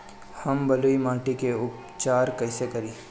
हम बलुइ माटी के उपचार कईसे करि?